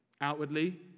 outwardly